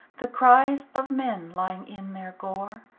the cries of men lying in their gore,